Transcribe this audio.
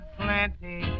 plenty